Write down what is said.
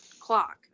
clock